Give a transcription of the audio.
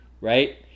right